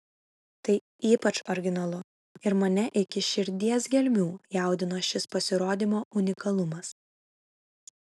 tai ypač originalu ir mane iki širdies gelmių jaudino šis pasirodymo unikalumas